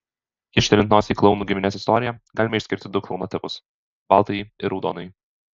kyštelint nosį į klounų giminės istoriją galima išskirti du klouno tipus baltąjį ir raudonąjį